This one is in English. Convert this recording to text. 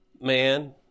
man